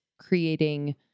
creating